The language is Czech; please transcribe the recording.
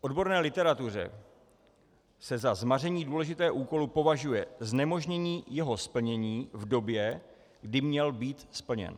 V odborné literatuře se za zmaření důležitého úkolu považuje znemožnění jeho splnění v době, kdy měl být splněn.